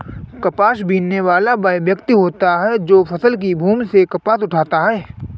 कपास बीनने वाला वह व्यक्ति होता है जो फसल की भूमि से कपास उठाता है